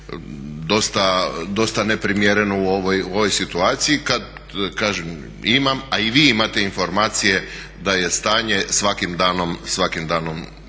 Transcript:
dosta neprimjereno u ovoj situaciji kad kažem imam, a i vi imate informacije da je stanje svakim danom u tom